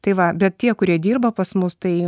tai va bet tie kurie dirba pas mus tai